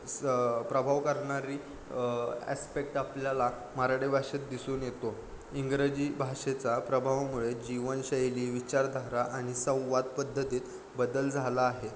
स प्रभाव करणारी ॲस्पेक्ट आपल्याला मराठी भाषेत दिसून येतो इंग्रजी भाषेचा प्रभावामुळे जीवनशैली विचारधारा आणि संवाद पद्धतीत बदल झाला आहे